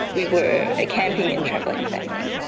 we were a camping and travelling family,